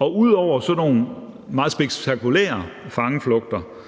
Ud over sådan nogle meget spektakulære fangeflugter